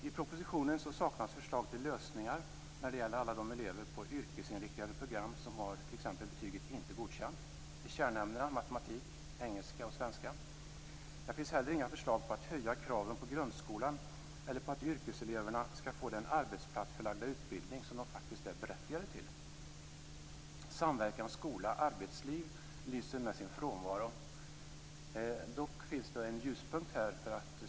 I propositionen saknas förslag till lösningar när det gäller alla elever på yrkesinriktade program som har betyget Icke godkänd i kärnämnena matematik, engelska och svenska. Det finns inte heller några förslag på att höja kraven på grundskolan eller på att yrkeseleverna skall få den arbetsplatsförlagda utbildning som de faktiskt är berättigade till. Samverkan skola-arbetsliv lyser med sin frånvaro. Dock finns det en ljuspunkt.